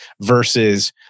versus